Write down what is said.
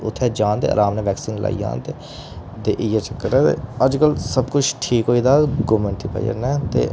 उत्थै जाह्न ते आराम कन्नै वैक्सीन लोआई आह्न ते इ'यै चक्कर ऐ ते अजकल सब किश ठीक होई गेदा गौरमैंट दी बजह् 'नै ते